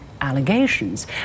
allegations